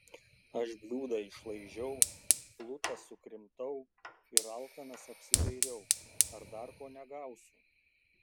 aš bliūdą išlaižiau plutą sukrimtau ir alkanas apsidairiau ar dar ko negausiu